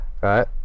right